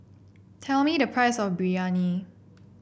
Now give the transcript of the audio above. tell me the price of Biryani